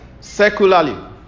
secularly